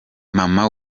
mama